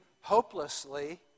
hopelessly